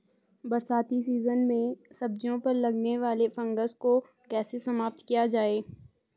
बरसाती सीजन में सब्जियों पर लगने वाले फंगस को कैसे समाप्त किया जाए?